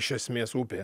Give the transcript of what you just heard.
iš esmės upė